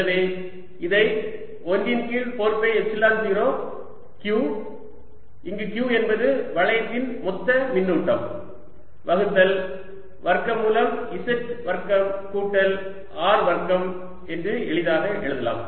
எனவே இதை 1 இன் கீழ் 4 பை எப்சிலன் 0 Q இங்கு Q என்பது வளையத்தின் மொத்த மின்னூட்டம் வகுத்தல் வர்க்கமூலம் z வர்க்கம் கூட்டல் R வர்க்கம் என்று எளிதாக எழுதலாம்